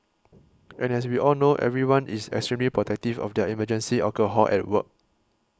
and as we all know everyone is extremely protective of their emergency alcohol at work